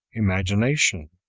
imagination.